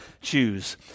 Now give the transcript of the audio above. Choose